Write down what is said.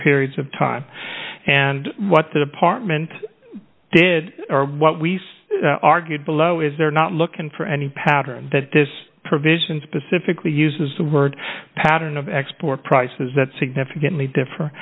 periods of time and what the department did or what we argued below is they're not looking for any pattern that this provision specifically uses the word pattern of export prices that significantly differ